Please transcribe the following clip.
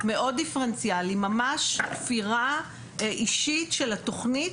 מאוד דיפרנציאלי ממש תפירה אישית של התוכנית,